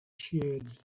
sheared